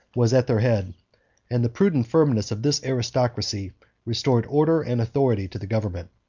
was at their head and the prudent firmness of this aristocracy restored order and authority to the government.